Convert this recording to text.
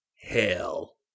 hell